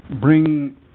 bring